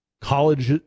college